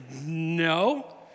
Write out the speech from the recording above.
no